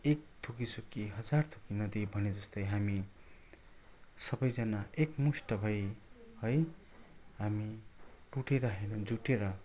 एक थुकी सुकी हजार थुकी नदी भनेजस्तै हामी सबैजना एकमुस्ट भइ है हामी टुटेर होइन जुटेर